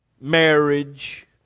marriage